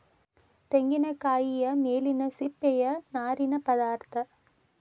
ತೆಂಗಿನಕಾಯಿಯ ಮೇಲಿನ ಸಿಪ್ಪೆಯ ನಾರಿನ ಪದಾರ್ಥ